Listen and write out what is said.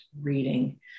reading